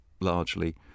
largely